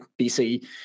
BC